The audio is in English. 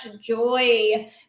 joy